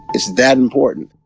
it's that important